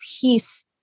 peace